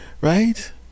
Right